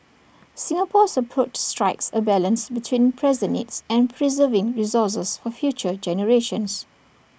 Singapore's approach strikes A balance between present needs and preserving resources for future generations